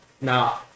Now